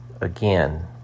Again